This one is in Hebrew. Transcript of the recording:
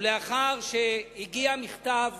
ולאחר שהגיע מכתב